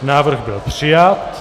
Návrh byl přijat.